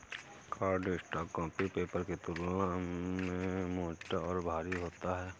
cardstock copy paper की तुलना में मोटा और भारी होता है